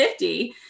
50